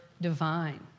divine